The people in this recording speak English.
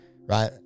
right